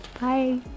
Bye